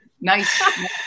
Nice